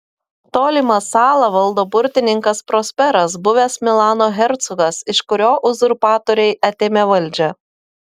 tolimą salą valdo burtininkas prosperas buvęs milano hercogas iš kurio uzurpatoriai atėmė valdžią